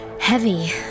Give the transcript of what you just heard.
heavy